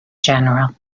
general